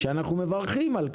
אנחנו מברכים על כך,